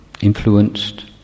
influenced